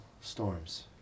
storms